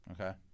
Okay